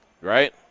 Right